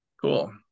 Cool